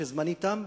ואני רואה שזמני תם,